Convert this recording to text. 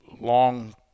long